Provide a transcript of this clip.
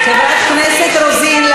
חברת הכנסת רוזין,